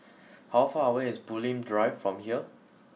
how far away is Bulim Drive from here